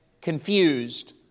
confused